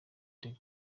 the